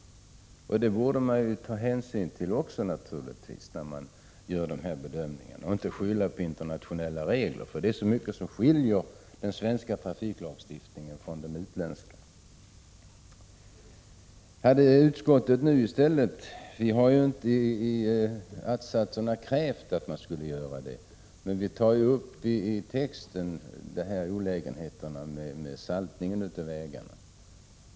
Det borde man naturligtvis också ta hänsyn till när man gör dessa bedömningar och inte skylla på internationella regler. Det är ju ändå så mycket som skiljer den svenska trafiklagstiftningen från den utländska. Vi har inte i att-satserna i vår motion framfört några krav när det gäller saltning av vägarna, men vi har i motionstexten tagit upp olägenheterna med saltningen.